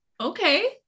Okay